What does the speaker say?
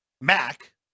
Mac